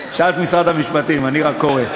שאל את משרד המשפטים, אני רק קורא.